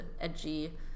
edgy